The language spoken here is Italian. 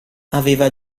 aveva